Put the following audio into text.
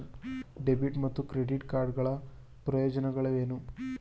Debit ಮತ್ತು credit card ಗಳ ಪ್ರಯೋಜನಗಳೇನು?